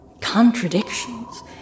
contradictions